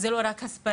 זה לא רק הסברה,